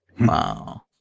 Wow